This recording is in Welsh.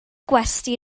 gwesty